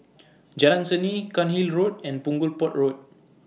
Jalan Seni Cairnhill Road and Punggol Port Road